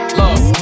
love